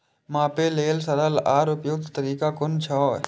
मापे लेल सरल आर उपयुक्त तरीका कुन छै?